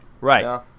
Right